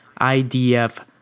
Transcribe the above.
IDF